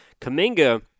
Kaminga